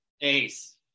Ace